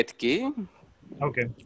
Okay